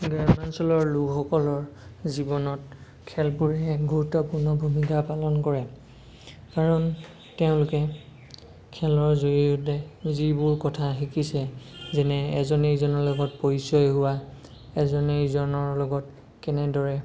গ্ৰামাঞ্চলৰ লোকসকলৰ জীৱনত খেলবোৰে এক গুৰুত্বপূৰ্ণ ভূমিকা পালন কৰে কাৰণ তেওঁলোকে খেলৰ জৰিয়তে যিবোৰ কথা শিকিছে যেনে এজনে সিজনৰ লগত পৰিচয় হোৱা এজনে সিজনৰ লগত কেনেদৰে